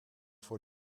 voor